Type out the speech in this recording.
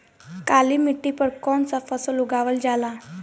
काली मिट्टी पर कौन सा फ़सल उगावल जाला?